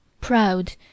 proud